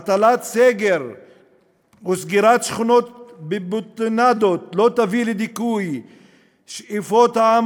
הטלת סגר וסגירת שכונות בבטונדות לא יביאו לדיכוי שאיפות העם